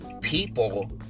people